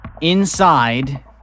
inside